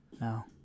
No